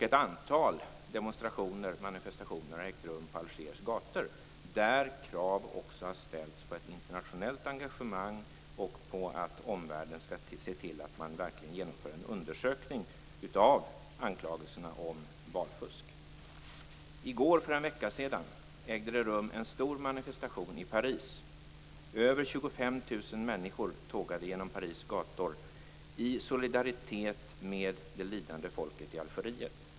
Ett antal demonstrationer och manifestationer har ägt rum på Algers gator där krav har ställts på ett internationellt engagemang och på att omvärlden skall se till att det verkligen genomförs en undersökning till följd av anklagelserna om valfusk. Förra måndagen hölls en stor manifestation i Paris. Över 25 000 människor tågade genom Paris gator i solidaritet med det lidande folket i Algeriet.